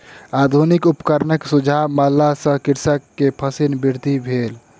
आधुनिक उपकरणक सुझाव मानला सॅ कृषक के फसील वृद्धि भेल